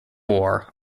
war